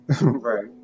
Right